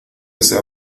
sea